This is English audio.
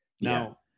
Now